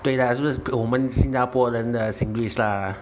对啦就是我们新加坡人的 singlish lah